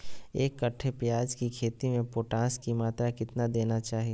एक कट्टे प्याज की खेती में पोटास की मात्रा कितना देना चाहिए?